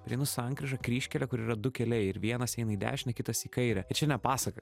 prieinu sankryžą kryžkelę kur yra du keliai ir vienas eina į dešinę kitas į kairę ir čia ne pasaka